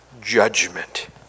judgment